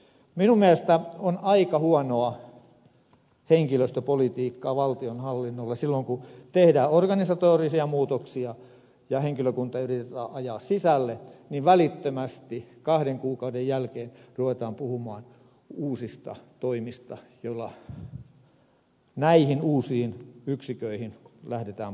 minun mielestäni on aika huonoa henkilöstöpolitiikkaa valtionhallinnolla että silloin kun tehdään organisatorisia muutoksia ja henkilökunta yritetään ajaa sisälle välittömästi kahden kuukauden jälkeen ruvetaan puhumaan uusista toimista joilla näihin uusiin yksiköihin lähdetään puuttumaan